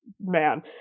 man